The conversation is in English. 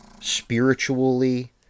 Spiritually